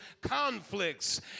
conflicts